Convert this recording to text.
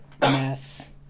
mass